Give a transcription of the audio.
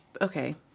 okay